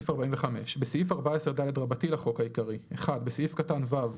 45.בסעיף 14ד לחוק העיקרי, (1)בסעיף קטן (ו)